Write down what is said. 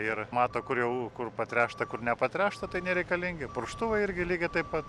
ir mato kur jau kur patręšta kur nepatręšta tai nereikalingi purkštuvai irgi lygiai taip pat